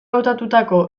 hautatutako